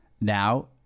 now